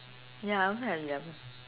ya I also have eleven